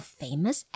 famous